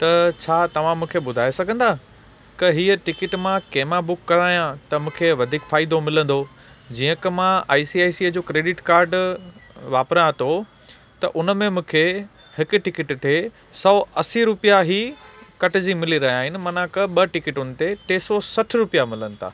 त छा तव्हां मूंखे ॿुधाए सघंदा क हीअ टिकिट मां कंहिं मां बुक करायां त मूंखे वधीक फ़ाइदो मिलंदो जीअं कि मां आई सी आई सीअ जो क्रिडिड कार्ड वापिरां थो त उनमें मूंखे हिकु टिकिट ते सौ असी रुपया ई कटिजी मिली रहिया आहिनि मन ॿ टिकिटुनि ते टे सौ सठि रुपया मिलनि था